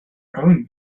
ruin